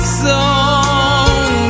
song